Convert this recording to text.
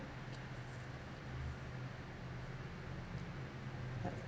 yeah